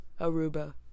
Aruba